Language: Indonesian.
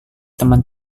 teman